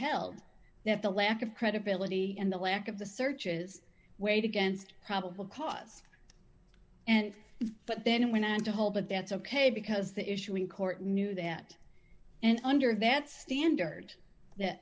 held that the lack of credibility and the lack of the searches weighed against probable cause and but then went and to hold but that's ok because the issue in court knew that and under that standard